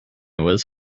was